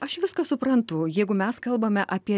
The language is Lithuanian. aš viską suprantu jeigu mes kalbame apie